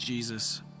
Jesus